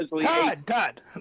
Todd